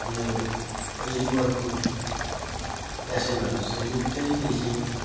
यो लिभरको पेसेन्टहरू चाहिँ निकै देखेँ